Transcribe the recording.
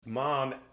mom